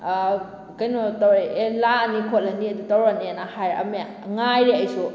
ꯀꯩꯅꯣ ꯇꯧꯔꯛꯑꯦ ꯂꯥꯛꯑꯅꯤ ꯈꯣꯠꯂꯅꯤ ꯑꯗꯨ ꯇꯧꯔꯅꯤꯅ ꯍꯥꯏꯔꯛꯑꯝꯃꯦ ꯉꯥꯏꯔꯦ ꯑꯩꯁꯨ